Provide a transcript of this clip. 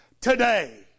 today